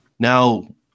now